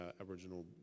Aboriginal